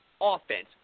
offense